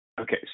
Okay